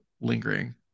lingering